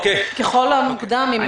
וככל המוקדם, אם